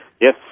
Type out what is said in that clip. Yes